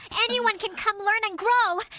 anyone can come learn and grow!